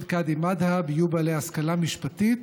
קאדי מד'הב יהיו בעלי השכלה משפטית